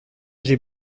j’ai